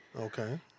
Okay